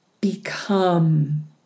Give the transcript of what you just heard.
become